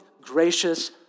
gracious